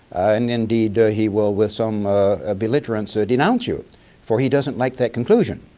and indeed he will with some ah belligerence so denounce you for he doesn't like that conclusion.